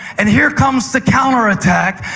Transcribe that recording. and here comes the counterattack.